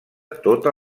tota